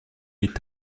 est